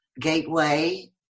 gateway